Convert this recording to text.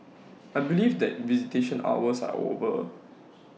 I believe that visitation hours are over